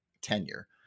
tenure